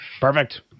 Perfect